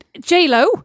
J-Lo